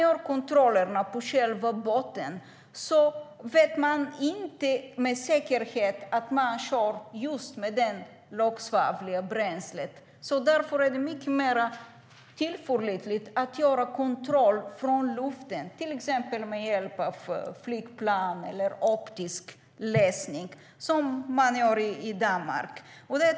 När kontrollerna görs på själva båten vet man inte med säkerhet att den körs med just det lågsvavliga bränslet. Därför är det mycket mer tillförlitligt att göra kontroll från luften, till exempel med hjälp av flygplan eller optisk läsning, som man gör i Danmark.